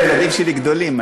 הילדים שלי גדולים,